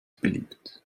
beliebt